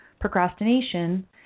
procrastination